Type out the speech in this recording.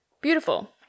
Beautiful